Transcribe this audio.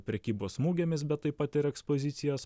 prekybos mugėmis bet taip pat ekspozicijos